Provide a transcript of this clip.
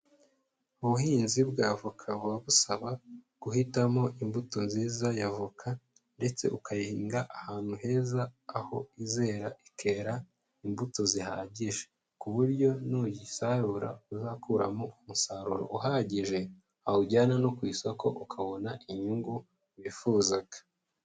Ubuhinzi bwa avoka buba busaba guhitamo imbuto nziza ya avoka ndetse ukayihinga ahantu heza, aho izera ikera imbuto zihagije ku buryo nuyisarura uzakuramo umusaruro uhagije, wawujyana no ku isoko ukabona inyungu wifuzaga.